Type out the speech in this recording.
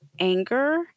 anger